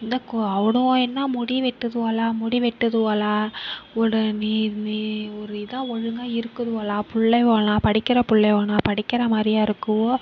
இந்த அவனுவோ என்ன முடி வெட்டுதுவோலா முடி வெட்டுதுவோலா ஒரு ஒரு இதாக ஒழுங்காக இருக்குதுவோலா பிள்ளைவோலாம் படிக்கிற பிள்ளைவோனா படிக்கிற மாரியா இருக்குதுவோ